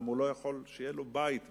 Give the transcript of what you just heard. אם הוא לא יכול שיהיה לו בית בישראל?